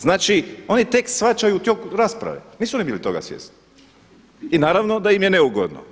Znači oni tek shvaćaju u toku rasprave, nisu bili oni toga svjesni i naravno da im je neugodno.